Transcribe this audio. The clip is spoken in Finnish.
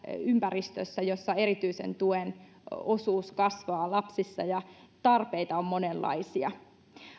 ympäristössä jossa erityisen tuen osuus kasvaa lapsissa ja tarpeita on monenlaisia